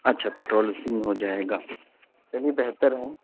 اچھا پیٹرول اُسی میں ہو جائے گا چلیے بہتر ہے